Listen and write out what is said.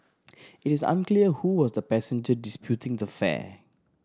it is unclear who was the passenger disputing the fare